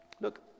look